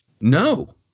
No